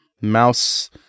mouse